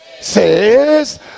says